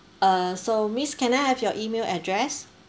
uh so miss can I have your email address